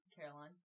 Caroline